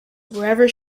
wherever